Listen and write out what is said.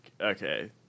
okay